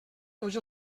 tots